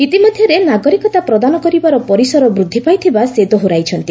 ଇତିମଧ୍ୟରେ ନାଗରିକତା ପ୍ରଦାନ କରିବାର ପରିସର ବୃଦ୍ଧି ପାଇଥିବା ସେ ଦୋହରାଇଛନ୍ତି